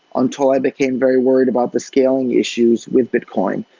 until i became very worried about the scaling issues with bitcoin.